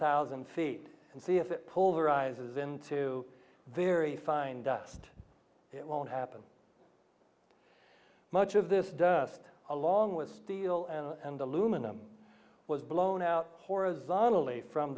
thousand feet and see if it polarizes into very fine dust it won't happen much of this dust along with steel and aluminum was blown out horizontally from